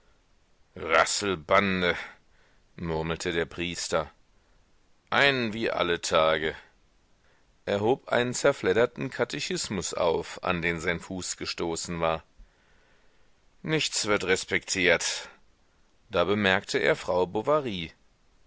rasselbande murmelte der priester einen wie alle tage er hob einen zerflederten katechismus auf an den sein fuß gestoßen war nichts wird respektiert da bemerkte er frau